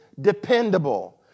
dependable